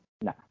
Nah